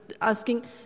asking